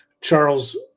Charles